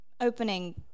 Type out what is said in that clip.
opening